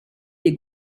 des